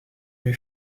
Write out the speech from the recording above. lui